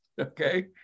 okay